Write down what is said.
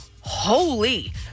holy